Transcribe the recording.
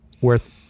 worth